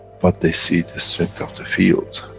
but they see the strength of the fields,